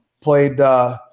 played –